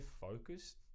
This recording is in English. focused